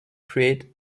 create